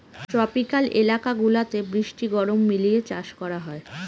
tropical এলাকা গুলাতে বৃষ্টি গরম মিলিয়ে চাষ করা হয়